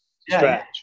stretch